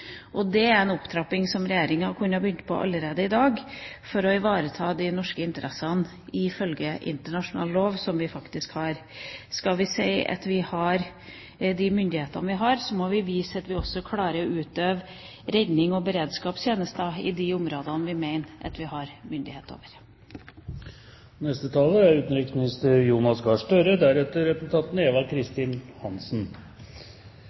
Det er en opptrapping Regjeringa kunne begynne med allerede i dag, for å ivareta de norske interessene som vi, ifølge internasjonal lov, faktisk har. Sier vi at vi har den myndighet vi har, må vi også vise at vi klarer å utøve rednings- og beredskapstjeneste i de områdene hvor vi mener vi har myndighet. Takk for at redegjørelsen er